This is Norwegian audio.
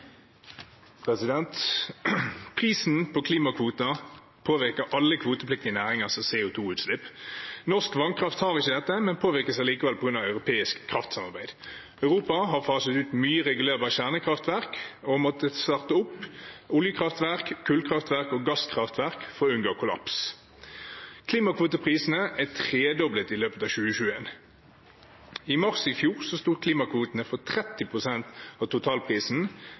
Prisen på klimakvoter påvirker alle kvotepliktige næringer som har CO 2 -utslipp. Norsk vannkraft har ikke dette, men påvirkes likevel på grunn av europeisk kraftsamarbeid. Europa har faset ut mye regulerbar kjernekraft og har måttet sette opp oljekraftverk, kullkraftverk og gasskraftverk for å unngå kollaps. Klimakvoteprisene er tredoblet i løpet av 2021. I mars i fjor sto klimakvotene for